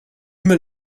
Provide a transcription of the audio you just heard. mail